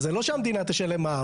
אז זה לא שהמדינה תשלם מע"מ,